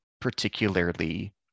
particularly